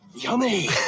Yummy